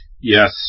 Yes